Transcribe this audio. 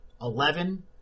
Eleven